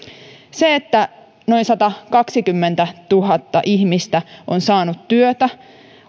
se että noin satakaksikymmentätuhatta ihmistä on saanut työtä